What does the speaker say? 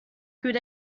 good